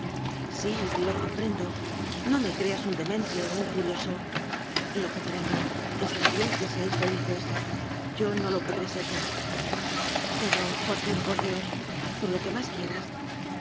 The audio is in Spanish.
sí lo comprendo no me creas un de mente o un furioso lo comprendo está bien que seáis felices yo no lo podré ser ya pero joaquín por dios por lo que más quieras